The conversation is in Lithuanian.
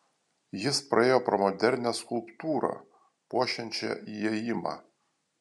jis praėjo pro modernią skulptūrą puošiančią įėjimą